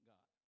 God